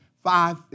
five